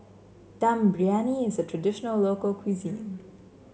Dum Briyani is a traditional local cuisine